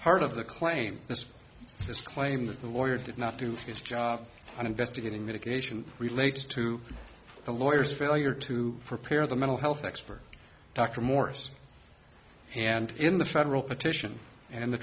part of the claim is this claim that the lawyer did not do its job on investigating mitigation related to the lawyers failure to prepare the mental health expert dr morse and in the federal petition and the